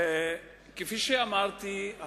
כפי שאמרתי,